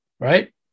right